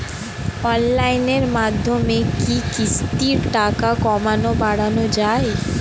অনলাইনের মাধ্যমে কি কিস্তির টাকা কমানো বাড়ানো যায়?